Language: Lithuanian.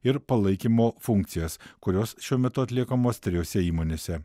ir palaikymo funkcijas kurios šiuo metu atliekamos trijose įmonėse